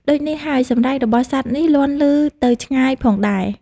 ដូចនេះហើយ សម្រែករបស់សត្វនេះលាន់ឮទៅឆ្ងាយផងដែរ។